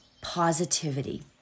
positivity